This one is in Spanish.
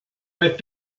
vez